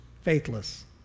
faithless